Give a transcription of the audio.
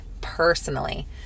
personally